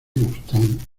gustan